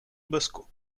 bosco